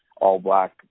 all-black